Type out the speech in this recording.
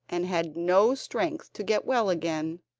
and had no strength to get well again,